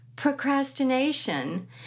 procrastination